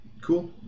Cool